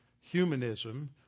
humanism